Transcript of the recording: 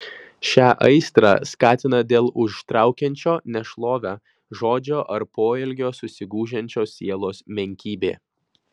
šią aistrą skatina dėl užtraukiančio nešlovę žodžio ar poelgio susigūžiančios sielos menkybė